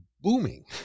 booming